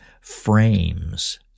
frames